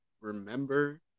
remember